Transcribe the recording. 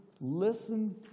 listen